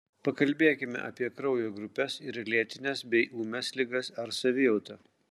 pakalbėkime apie kraujo grupes ir lėtines bei ūmias ligas ar savijautą